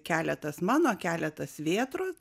keletas mano keletas vėtros